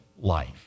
life